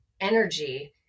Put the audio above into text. energy